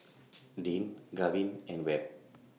Deane Gavin and Webb